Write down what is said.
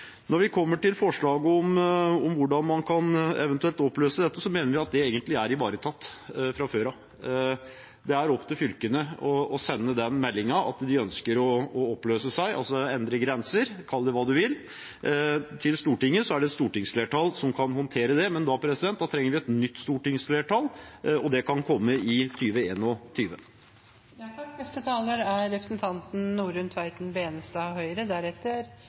Når vi kommer til forslaget om hvordan man eventuelt kan oppløse dette, mener vi at det egentlig er ivaretatt fra før. Det er opp til fylkene å sende melding om at de ønsker å oppløses, endre grenser – kall det hva du vil – til Stortinget. Og så er det et stortingsflertall som kan håndtere det. Men da trenger vi et nytt stortingsflertall, og det kan komme i